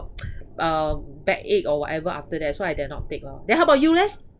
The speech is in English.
um backache or whatever after that so I dare not take lor then how about you leh